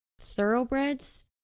thoroughbreds